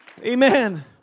Amen